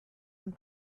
and